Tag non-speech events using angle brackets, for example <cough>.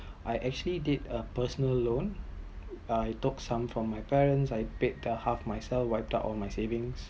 <breath> I actually did a personal loan uh I took some from my parents I paid the half myself wipe out on my savings